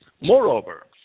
Moreover